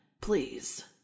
please